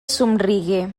somrigué